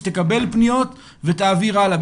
שתקבל פניות ותעביר הלאה.